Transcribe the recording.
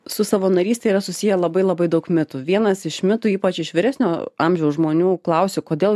su savanoryste yra susiję labai labai daug mitų vienas iš mitų ypač iš vyresnio amžiaus žmonių klausia kodėl